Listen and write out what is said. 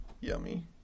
yummy